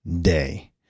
day